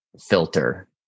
filter